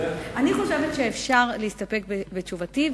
אני חושבת שאפשר להסתפק בתשובתי,